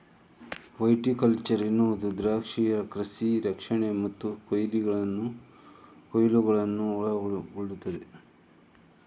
viticulture ಎನ್ನುವುದು ದ್ರಾಕ್ಷಿಯ ಕೃಷಿ ರಕ್ಷಣೆ ಮತ್ತು ಕೊಯ್ಲುಗಳನ್ನು ಒಳಗೊಳ್ಳುತ್ತದೆ